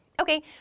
Okay